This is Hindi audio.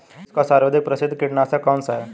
विश्व का सर्वाधिक प्रसिद्ध कीटनाशक कौन सा है?